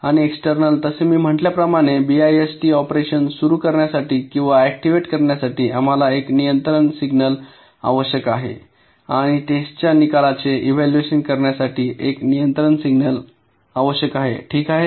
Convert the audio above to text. आणि एक्सटेर्नल तसे मी म्हटल्याप्रमाणे बीआयएसटी ऑपरेशन सुरू करण्यासाठी किंवा ऍक्टिव्हेट करण्यासाठी आम्हाला एक नियंत्रण सिग्नल आवश्यक आहे आणि टेस्ट च्या निकालाचे इव्हॅल्युएशन करण्यासाठी एक नियंत्रण सिग्नल आवश्यक आहे ठीक आहे